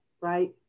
right